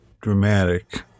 dramatic